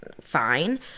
Fine